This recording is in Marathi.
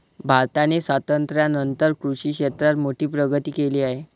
भारताने स्वातंत्र्यानंतर कृषी क्षेत्रात मोठी प्रगती केली आहे